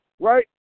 Right